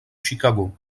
chicago